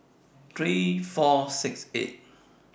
three thousand four hundred and sixty eight